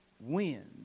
win